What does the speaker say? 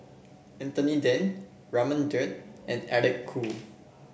Anthony Then Raman Daud and Eric Khoo